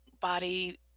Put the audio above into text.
body